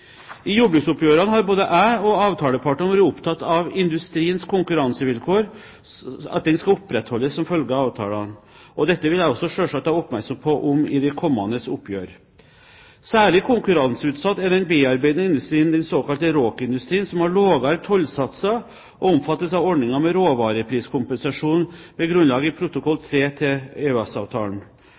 I jordbruksoppgjørene har både jeg og avtalepartene vært opptatt av at industriens konkurransevilkår skal opprettholdes som følge av avtalene. Dette vil jeg også selvsagt ha oppmerksomhet om i de kommende oppgjørene. Særlig konkurranseutsatt er den bearbeidede industrien, den såkalte RÅK-industrien, som har lavere tollsatser og omfattes av ordningen med råvarepriskompensasjon, med grunnlag i protokoll 3 til